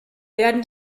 werden